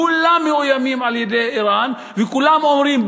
כולם מאוימים על-ידי איראן וכולם אומרים: